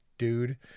Dude